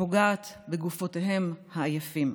שפוגעת בגופותיהם העייפים.